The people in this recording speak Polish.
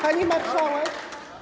Pani marszałek.